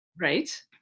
Right